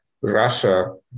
Russia